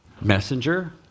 Messenger